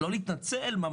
לא להתנצל,